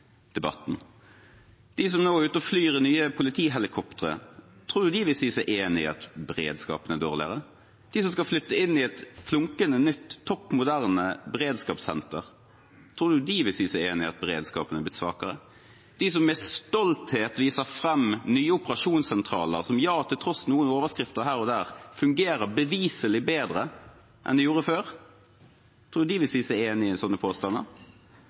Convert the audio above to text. debatten, de som nå er ute og flyr i nye politihelikoptre? Tror man de vil si seg enig i at beredskapen er dårligere? De som skal flytte inn i et flunkende nytt, topp moderne beredskapssenter, tror man de vil si seg enig i at beredskapen er blitt svakere? De som med stolthet viser fram nye operasjonssentraler som til tross for noen overskrifter her og der, beviselig fungerer bedre enn det gjorde før, tror man de vil si seg enig i sånne